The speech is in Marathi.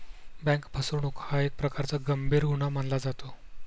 बँक फसवणूक हा एक प्रकारचा गंभीर गुन्हा मानला जातो